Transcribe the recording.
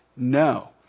No